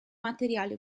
materiali